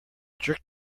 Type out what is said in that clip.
jerk